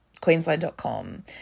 queensland.com